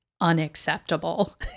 unacceptable